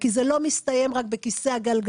כי זה לא מסתיים רק בכיסא הגלגלים.